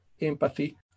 empathy